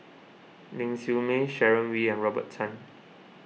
Ling Siew May Sharon Wee and Robert Tan